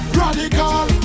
radical